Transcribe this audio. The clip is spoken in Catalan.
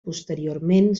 posteriorment